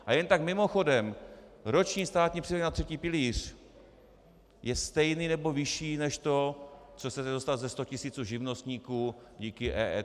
A jen tak mimochodem, roční státní příspěvek na třetí pilíř je stejný nebo vyšší než to, co chcete dostat ze 100 tisíců živnostníků díky EET.